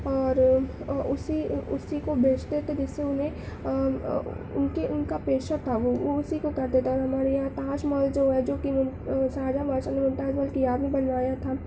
اور اسی اسی کو بیچتے تھے جس سے انہیں ان کی ان کا پیشہ تھا وہ وہ اسی کو کرتے تھے اور ہمارے یہاں تاج محل جو ہے جوکہ شاہجہاں بادشاہ نے ممتاز محل کی یاد میں بنوایا تھا